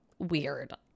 Weird